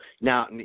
now